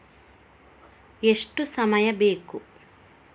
ಎಷ್ಟು ಸಮಯ ಬೇಕು?